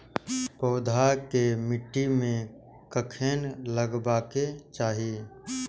पौधा के मिट्टी में कखेन लगबाके चाहि?